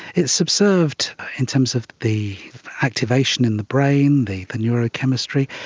it's observed in terms of the activation in the brain, the the neurochemistry,